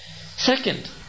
Second